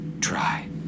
try